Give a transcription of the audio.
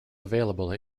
available